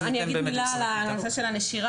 אני אגיד מילה על הנושא של הנשירה,